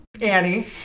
Annie